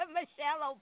Michelle